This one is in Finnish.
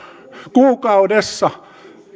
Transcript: kuukaudessa